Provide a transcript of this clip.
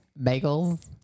Bagels